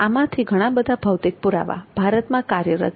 આમાંથી ઘણા બધા ભૌતિક પુરાવા ભારતમાં કાર્યરત છે